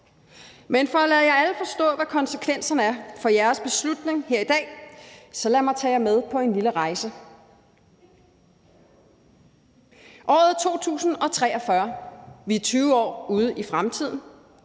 Men for at lade jer alle forstå, hvad konsekvenserne er for jeres beslutning her i dag, så lad mig tage jer med på en lille rejse. Året er 2043, vi er 20 år ude i fremtiden.